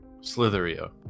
Slitherio